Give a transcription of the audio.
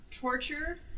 torture